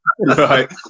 right